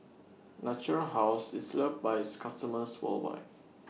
Natura House IS loved By its customers worldwide